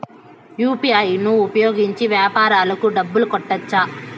UPI ను ఉపయోగించి వ్యాపారాలకు డబ్బులు కట్టొచ్చా?